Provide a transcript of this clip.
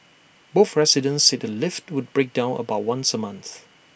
both residents said A lift would break down about once A month